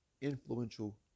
influential